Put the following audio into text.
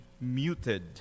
muted